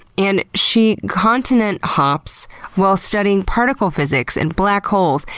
and she continent hops while studying particle physics, and black holes,